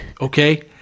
okay